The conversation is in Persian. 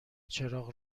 چراغ